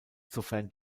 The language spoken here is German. sofern